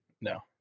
No